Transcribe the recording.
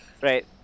right